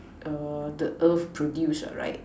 the earth produce right